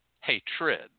hatred